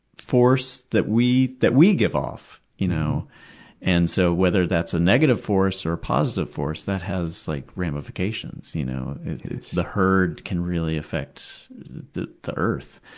force that we that we give off, you know and so whether that's a negative force or a positive force, that has like ramifications. you know the herd can really affect the the earth.